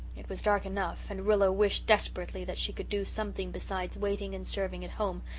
it was dark enough, and rilla wished desperately that she could do something besides waiting and serving at home,